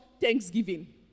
thanksgiving